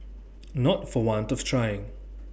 not for want of trying